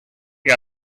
que